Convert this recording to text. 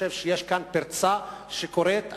יש כאן פרצה שקוראת,